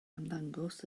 ymddangos